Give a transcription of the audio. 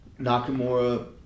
Nakamura